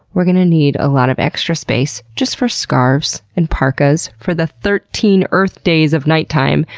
we're gonna need a lot of extra space just for scarves and parkas for the thirteen earth days of night time!